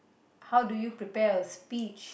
how do you prepare your speech